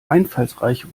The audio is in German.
einfallsreiche